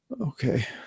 Okay